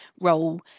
role